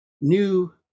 new